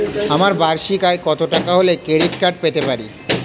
আমার বার্ষিক আয় কত টাকা হলে ক্রেডিট কার্ড পেতে পারি?